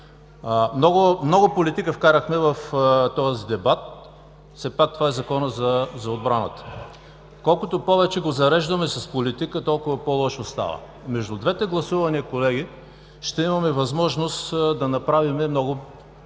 Много политика вкарахме в този дебат, все пак това е Законът за отбраната. Колкото повече го зареждаме с политика, толкова по лошо става. Между двете гласувания, колеги, ще имаме възможност да направим много